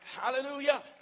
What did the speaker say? Hallelujah